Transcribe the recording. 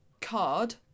card